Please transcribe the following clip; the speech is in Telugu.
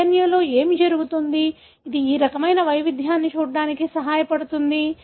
DNA లో ఏమి జరుగుతుంది ఇది ఈ రకమైన వైవిధ్యాన్ని చూడటానికి సహాయపడుతుంది